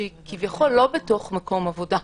שהיא כביכול לא בתוך מקום עבודה.